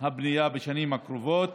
הבנייה בשנים הקרובות